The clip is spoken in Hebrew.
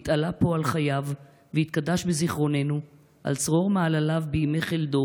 יתעלה פה על חייו ויתקדש בזיכרוננו על צרור מעלליו בימי חלדו